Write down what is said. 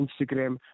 Instagram